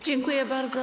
Dziękuję bardzo.